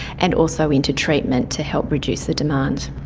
and also into treatment to help reduce the demand.